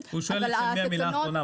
--- הוא שאל עכשיו מי המילה האחרונה.